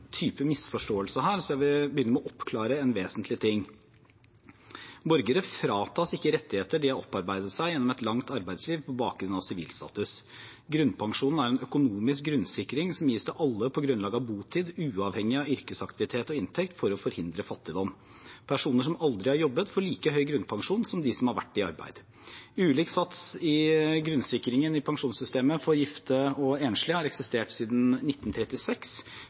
type misforståelse her, så jeg vil begynne med å oppklare en vesentlig ting: Borgere fratas ikke rettigheter de har opparbeidet seg gjennom et langt arbeidsliv, på bakgrunn av sivilstatus. Grunnpensjonen er en økonomisk grunnsikring som gis til alle på grunnlag av botid, uavhengig av yrkesaktivitet og inntekt, for å forhindre fattigdom. Personer som aldri har jobbet, får like høy grunnpensjon som de som har vært i arbeid. Ulik sats for grunnsikringen i pensjonssystemet for gifte og enslige har eksistert siden 1936.